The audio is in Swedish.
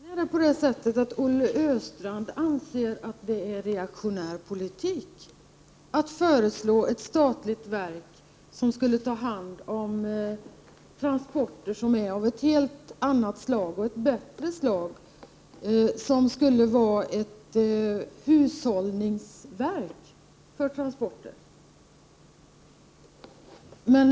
Herr talman! Tydligen är det på det sättet att Olle Östrand anser att det är — 12 april 1989 att föra reaktionär politik att föreslå inrättandet av ett statligt verk som skulle ta hand om transporter som är av ett helt annat slag och ett bättre slag och som skulle vara ett hushållningsverk för transporter.